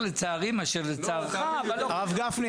הרב גפני,